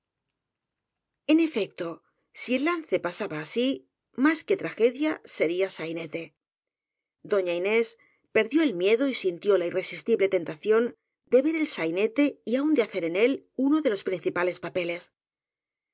en efecto si el lance pasaba así más que trage dia sería sainete doña inés perdió el miedo y sintió la irresistible tentación de ver el sainete y aun de hacer en él uno de los principales papeles